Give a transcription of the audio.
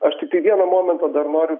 aš tiktai vieną momentą dar noriu